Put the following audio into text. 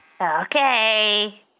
Okay